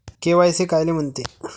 KYC कायले म्हनते?